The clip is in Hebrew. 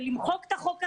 ולמחוק את החוק הזה,